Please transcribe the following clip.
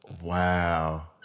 Wow